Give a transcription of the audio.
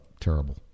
Terrible